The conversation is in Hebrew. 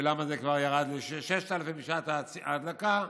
ולמה זה ירד ל-6,000 בשעת ההדלקה,